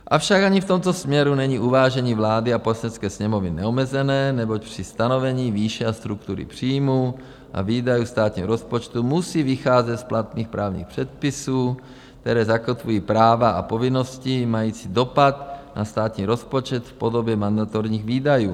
Avšak ani v tomto směru není uvážení vlády a Poslanecké sněmovny neomezené, neboť při stanovení výše a struktury příjmů a výdajů státního rozpočtu musí vycházet z platných právních předpisů, které zakotvují práva a povinnosti mající dopad na státní rozpočet v podobě mandatorních výdajů.